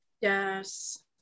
yes